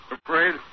afraid